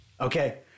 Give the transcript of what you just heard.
Okay